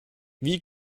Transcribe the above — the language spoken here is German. wie